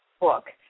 book